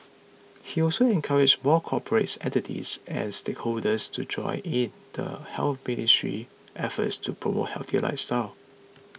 he also encouraged more corporate entities and stakeholders to join in the Health Ministry's efforts to promote healthier lifestyles